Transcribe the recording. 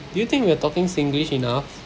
do you think we are talking singlish enough